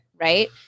right